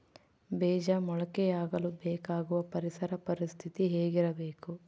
ಬೇಜ ಮೊಳಕೆಯಾಗಲು ಬೇಕಾಗುವ ಪರಿಸರ ಪರಿಸ್ಥಿತಿ ಹೇಗಿರಬೇಕು?